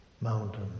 Mountain